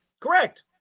Correct